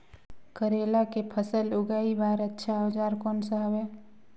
करेला के फसल उगाई बार अच्छा औजार कोन सा हवे?